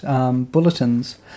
bulletins